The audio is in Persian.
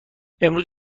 امروز